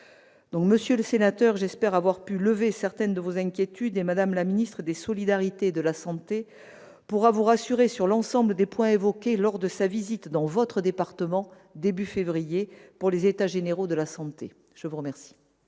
Monsieur le sénateur, j'espère avoir pu lever certaines de vos inquiétudes ; Mme la ministre des solidarités et de la santé pourra vous rassurer sur l'ensemble des points évoqués lors de sa visite dans votre département au début du mois de février pour les états généraux de la santé. La parole